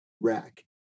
rack